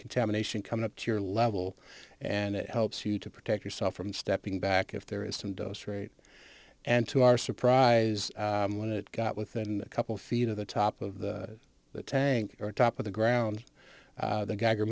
contamination coming up to your level and it helps you to protect yourself from stepping back if there is some dough straight and to our surprise when it got within a couple feet of the top of the tank or top of the ground the geiger